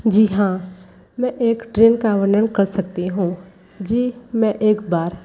जी हाँ मैं एक ट्रेन का वर्णन कर सकती हूँ जी मैं एक बार